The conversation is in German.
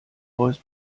voice